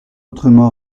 autrement